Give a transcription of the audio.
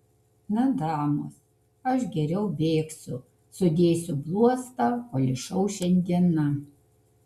na damos aš geriau bėgsiu sudėsiu bluostą kol išauš šiandiena